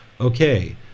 okay